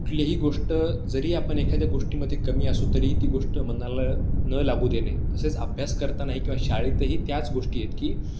कुठलीही गोष्ट जरी आपण एखाद्या गोष्टीमध्ये कमी असू तरीही ती गोष्ट मनाला न लागू देणे तसेच अभ्यास करतानाही किंवा शाळेतही त्याच गोष्टी आहेत की